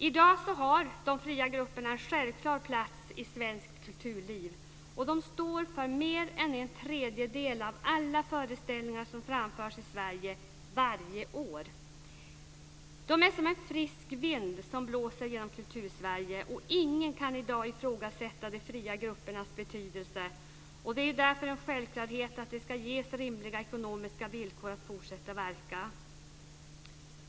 I dag har de fria grupperna en självklar plats i svenskt kulturliv. De står för mer än en tredjedel av alla föreställningar som framförs i Sverige varje år. De är som en frisk vind som blåser genom Kultur Sverige. Ingen kan i dag ifrågasätta de fria gruppernas betydelse. Det är därför en självklarhet att de ska ges rimliga ekonomiska villkor att fortsätta verka.